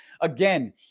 again